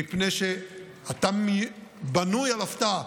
מפני שאתה בנוי על הפתעה,